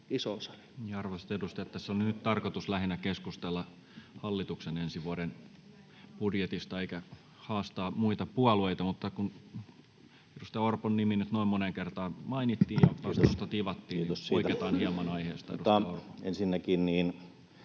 Arvoisat edustajat, tässä on nyt tarkoitus keskustella lähinnä hallituksen ensi vuoden budjetista eikä haastaa muita puolueita, mutta kun edustaja Orpon nimi nyt noin moneen kertaan mainittiin ja vastausta tivattiin, niin poiketaan hieman aiheesta. [Petteri Orpo: